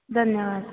धन्यवादु